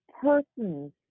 persons